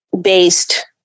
based